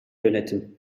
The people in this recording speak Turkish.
yönetim